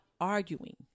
arguing